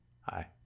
hi